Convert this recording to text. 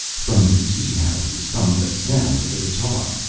from the tea-houses comes the sound of the guitar,